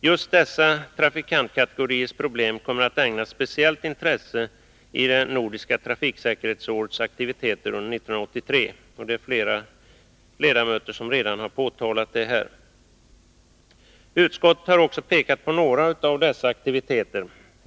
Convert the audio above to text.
Just dessa trafikantkategoriers problem kommer att ägnas speciellt intresse i det nordiska trafiksäkerhetsårets aktiviteter under 1983, och flera ledamöter har redan påtalat det här. Utskottet har också pekat på några av dessa aktiviteter.